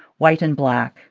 white and black.